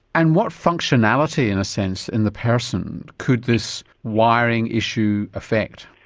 and what functionality in a sense in the person could this wiring issue affect?